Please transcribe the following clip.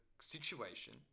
situation